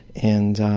and,